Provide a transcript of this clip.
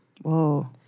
Whoa